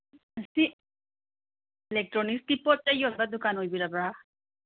ꯃꯁꯤ ꯏꯂꯦꯛꯇ꯭ꯔꯣꯅꯤꯛꯁꯀꯤ ꯄꯣꯠ ꯆꯩ ꯌꯣꯟꯕ ꯗꯨꯀꯥꯟ ꯑꯣꯏꯕꯤꯔꯕ꯭ꯔꯥ